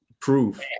proof